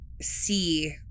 see